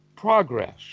progress